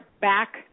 back